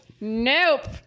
nope